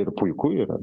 ir puiku yra